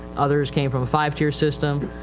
others came from a five tier system,